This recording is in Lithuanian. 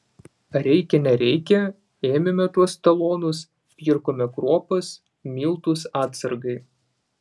reikia nereikia ėmėme tuos talonus pirkome kruopas miltus atsargai